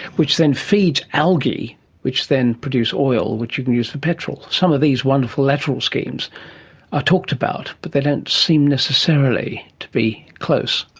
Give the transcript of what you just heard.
which then feeds algae which then produces oil which you can use for petrol. some of these wonderful lateral schemes are talked about, but they don't seem necessarily to be close.